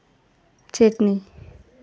chutney